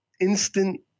instant